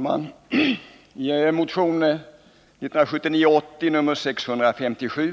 Herr talman! I motion 1979/80:657